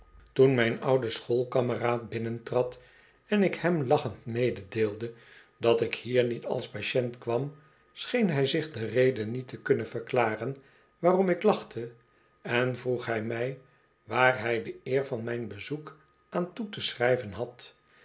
toen mijn oude schoolkameraad binnentrad en ik hem lachend meedeelde dat ik hier niet als patiënt kwam scheen hij zich de reden niet te kunnen verklaren waarom ik lachte en vroeg hij mij waar hij de eer van mijn bezoek aan too te schrijven had